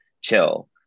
chill